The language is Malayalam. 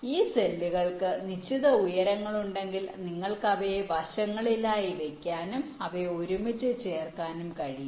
ഈ സെല്ലുകൾക്ക് നിശ്ചിത ഉയരങ്ങളുണ്ടെങ്കിൽ നിങ്ങൾക്ക് അവയെ വശങ്ങളിലായി വയ്ക്കാനും അവയെ ഒരുമിച്ച് ചേർക്കാനും കഴിയും